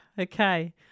okay